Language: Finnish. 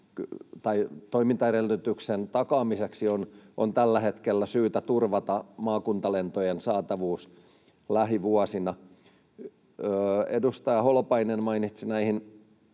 tai toimintaedellytyksien takaamiseksi on tällä hetkellä syytä turvata maakuntalentojen saatavuus lähivuosina. Edustaja Holopainen mainitsi näihin